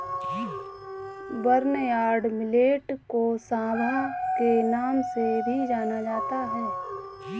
barnyard millet को सांवा के नाम से भी जाना जाता है